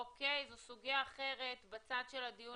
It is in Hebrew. זו סוגיה אחרת בצד של הדיון.